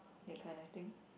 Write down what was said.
that kind of thing